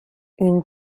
une